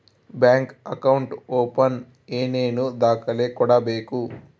Bank account open ಏನೇನು ದಾಖಲೆ ಕೊಡಬೇಕು?